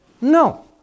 No